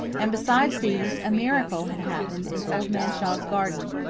and, besides these, a miracle had happened in old man shaw's garden.